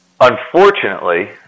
Unfortunately